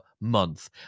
month